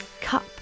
Cup